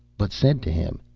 but said to him,